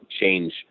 change